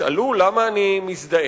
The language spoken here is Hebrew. תשאלו למה אני מזדעק,